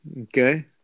okay